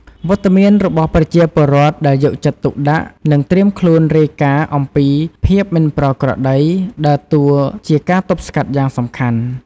វត្តមានរបស់ប្រជាពលរដ្ឋដែលយកចិត្តទុកដាក់ និងត្រៀមខ្លួនរាយការណ៍អំពីភាពមិនប្រក្រតី ដើរតួជាការទប់ស្កាត់យ៉ាងសំខាន់។